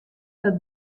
dat